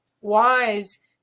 wise